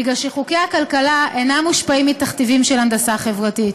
משום שחוקי הכלכלה אינם מושפעים מתכתיבים של הנדסה חברתית.